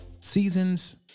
seasons